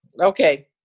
Okay